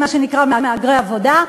מה שנקרא מהגרי עבודה,